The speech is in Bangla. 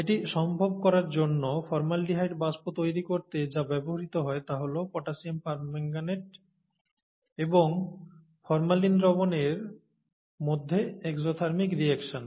এটি সম্ভব করার জন্য ফর্মালডিহাইড বাষ্প তৈরি করতে যা ব্যবহৃত হয় তা হল পটাসিয়াম পারম্যাঙ্গনেট এবং ফর্মালিন দ্রবণের মধ্যে এক্সোথেরমিক রিঅ্যাকশন